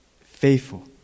faithful